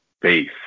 base